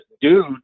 dude